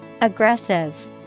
Aggressive